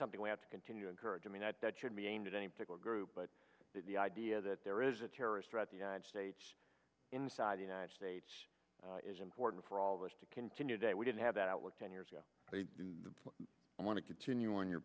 something we have to continue to encourage i mean that that should be aimed at any particular group but the idea that there is a terrorist threat the united states inside the united states is important for all of us to continue that we didn't have that work ten years ago they want to continue on your